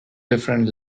different